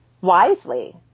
wisely